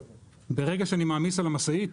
ברגע שאני מעמיס על המשאית